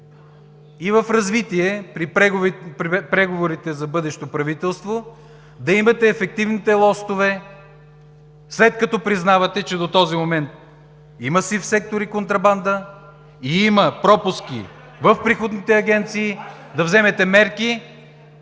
и в развитие при преговорите за бъдещото правителство да имате ефективните лостове, след като признавате, че до този момент има сив сектор и контрабанда и има пропуски в приходните агенции. СТАНИСЛАВ ИВАНОВ